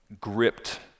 gripped